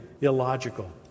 illogical